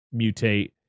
mutate